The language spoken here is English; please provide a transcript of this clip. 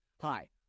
hi